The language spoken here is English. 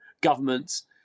governments